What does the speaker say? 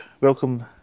Welcome